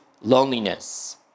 loneliness